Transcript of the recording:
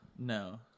No